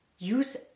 use